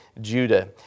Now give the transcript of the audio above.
Judah